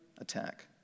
attack